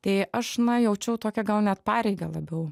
tai aš na jaučiau tokią gal net pareigą labiau